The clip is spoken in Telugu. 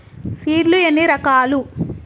సీడ్ లు ఎన్ని రకాలు?